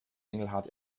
engelhart